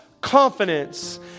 confidence